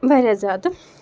واریاہ زیادٕ